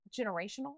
generational